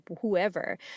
whoever